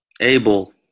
Abel